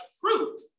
fruit